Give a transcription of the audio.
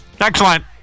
Excellent